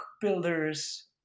builders